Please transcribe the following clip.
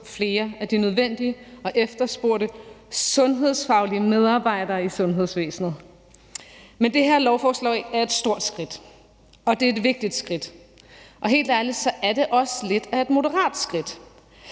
flere af de nødvendige og efterspurgte sundhedsfaglige medarbejdere i sundhedsvæsenet. Men det her lovforslag er et stort skridt og et vigtigt skridt, og helt ærligt er det også lidt af et moderatskridt.